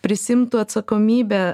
prisiimtų atsakomybę